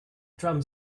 drum